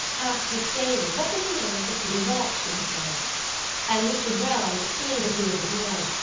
asked miss daly what was the name of the pretty waltz she had played and mr. browne, seeing that he was ignored,